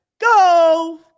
go